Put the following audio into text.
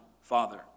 father